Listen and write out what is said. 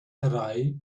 drei